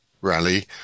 rally